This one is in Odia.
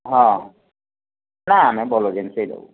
ହଁ ନା ନା ଭଲ ଜିନଷ ହିଁ ଦେବୁ